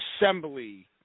assembly